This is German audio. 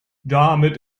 damit